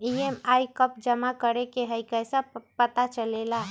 EMI कव जमा करेके हई कैसे पता चलेला?